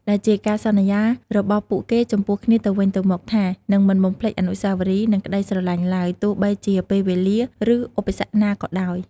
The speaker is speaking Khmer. ដែលជាការសន្យារបស់ពួកគេចំពោះគ្នាទៅវិញទៅមកថា នឹងមិនបំភ្លេចអនុស្សាវរីយ៍ និងក្តីស្រឡាញ់ឡើយ ទោះបីជាពេលវេលា ឬឧបសគ្គណាក៏ដោយ។